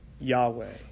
Yahweh